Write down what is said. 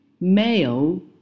male